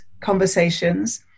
conversations